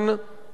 הוא מזיק,